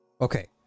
Okay